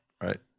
right